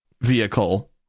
vehicle